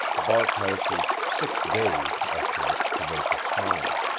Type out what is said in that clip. barkhouse's six days estimate provoked a smile.